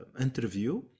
interview